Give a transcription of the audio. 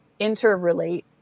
interrelate